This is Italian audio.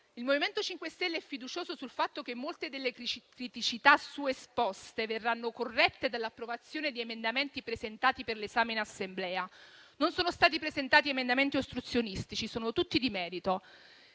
Il MoVimento 5 Stelle è fiducioso sul fatto che molte delle criticità suesposte verranno corrette dall'approvazione di emendamenti presentati per l'esame in Assemblea. Non sono stati presentati emendamenti ostruzionistici; sono tutti di merito.